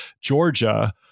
Georgia